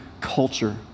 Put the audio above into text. culture